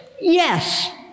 Yes